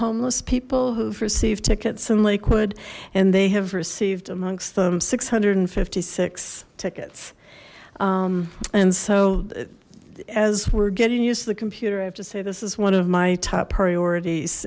homeless people who've received tickets in lakewood and they have received amongst them six hundred and fifty six tickets and so as we're getting used to the computer i have to say this is one of my top priorities